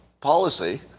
policy